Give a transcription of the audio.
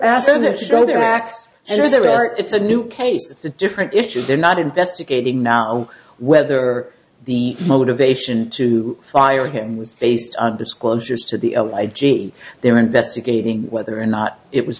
right it's a new case it's a different issue they're not investigating now whether the motivation to fire him was based on disclosures to the l i g e they're investigating whether or not it was